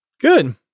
Good